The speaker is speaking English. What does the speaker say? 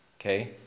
Okay